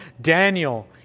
Daniel